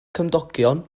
cymdogion